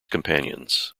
companions